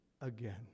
again